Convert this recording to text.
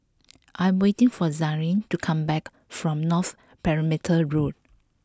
I am waiting for Zaire to come back from North Perimeter Road